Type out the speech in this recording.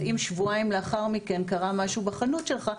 אז אם שבועיים לאחר מכן קרה משהו בחנות שלך,